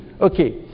okay